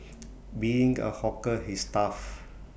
being A hawker is tough